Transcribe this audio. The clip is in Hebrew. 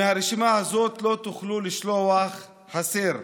מהרשימה הזאת, לא תוכלו לשלוח "הסר".